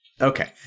Okay